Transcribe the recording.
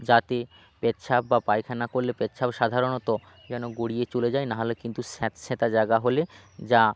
যাতে পেচ্ছাপ বা পায়খানা করলে পেচ্ছাপ সাধারণত যেন গড়িয়ে চলে যায় না হলে কিন্তু স্যাঁতসেঁতে জায়গা হলে যা